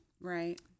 Right